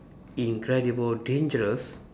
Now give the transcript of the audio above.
incredible dangerous